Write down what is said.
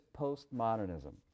postmodernism